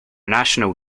national